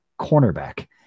cornerback